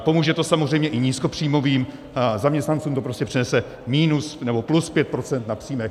Pomůže to samozřejmě i nízkopříjmovým, zaměstnancům to prostě přinese minus nebo plus 5 % na příjmech.